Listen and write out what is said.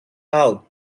out